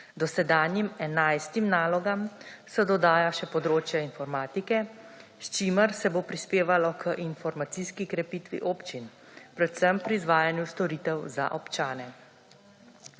Dosedanjim 11 nalogam se dodaja še področje informatike, s čimer se bo prispevalo k informacijski krepitvi občin, predvsem pri izvajanju storitev za občane.